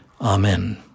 Amen